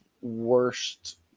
worst